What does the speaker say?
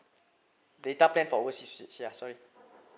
data plan for oversea usage ya sorry